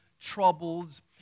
troubles